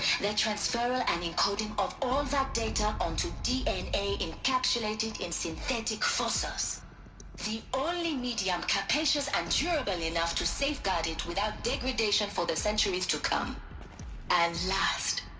the transferal and encoding of all that data onto dna encapsulated in synthetic fossils the only medium capacious and durable enough to safeguard it without degradation for the centuries to come and last.